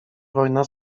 wojna